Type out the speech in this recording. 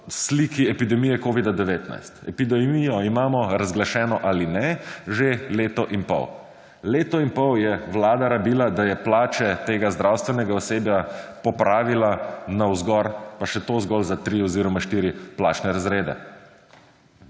sliki epidemije COVID-19, epidemijo imamo razglašeno ali ne, že leto in pol. Leto in pol je Vlada rabila, da je plače tega zdravstvenega osebja popravila navzgor, pa še to zgolj za tri oziroma štiri plačne razrede.